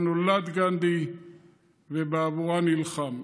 שבה נולד גנדי ובעבורה נלחם.